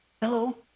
Hello